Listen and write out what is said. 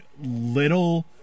little